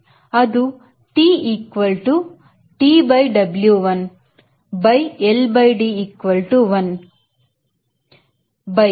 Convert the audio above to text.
ಅದು T equal to T by W 1 by L by D equal to 1 by CL by CD